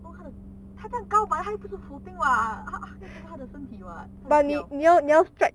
不会它这样高 but 还有这个 footing [what] just reach 它的身体 [what] 是小